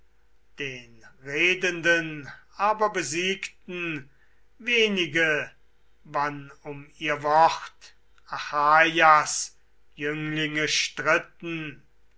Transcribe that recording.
den redenden aber besiegten wenige wann um ihr wort achaias jünglinge stritten